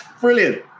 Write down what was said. brilliant